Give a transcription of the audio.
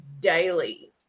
Daily